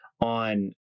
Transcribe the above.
on